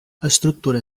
estructura